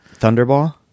thunderball